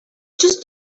just